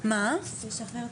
שמעתי